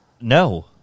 No